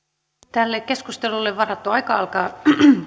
tälle keskustelulle varattu aika alkaa